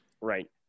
Right